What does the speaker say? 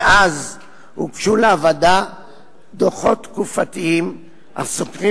מאז הוגשו לוועדה דוחות תקופתיים הסוקרים